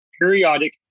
periodic